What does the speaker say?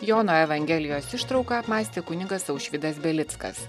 jono evangelijos ištrauką apmąstė kunigas aušvydas belickas